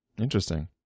Interesting